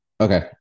Okay